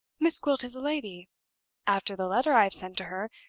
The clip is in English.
miss gwilt is a lady after the letter i have sent to her,